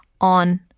on